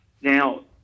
Now